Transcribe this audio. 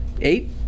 Eight